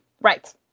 right